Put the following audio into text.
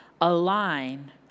align